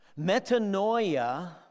Metanoia